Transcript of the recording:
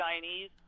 Chinese